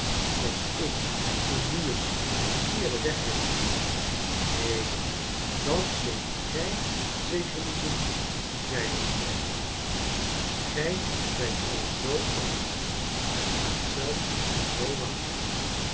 als ik u nu eens een verkeerden weg wees neen dat zult gij zeker niet doen zeide het kleine ding gij zijt al zoo oud en gaat zelf zoo langzaam